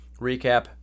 recap